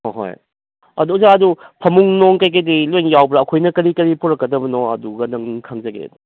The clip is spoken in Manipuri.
ꯑꯍꯣꯏ ꯑꯗꯨ ꯑꯣꯖꯥ ꯑꯗꯨ ꯐꯃꯨꯡ ꯅꯣꯡ ꯀꯩꯀꯩꯗꯤ ꯂꯣꯏꯅ ꯌꯥꯎꯕ꯭ꯔꯥ ꯑꯩꯈꯣꯏꯅ ꯀꯔꯤ ꯀꯔꯤ ꯄꯨꯔꯛꯀꯗꯕꯅꯣ ꯑꯗꯨꯒꯗꯪ ꯈꯪꯖꯒꯦ